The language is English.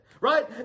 right